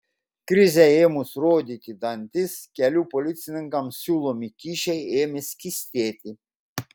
krizei ėmus rodyti dantis kelių policininkams siūlomi kyšiai ėmė skystėti